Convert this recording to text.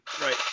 Right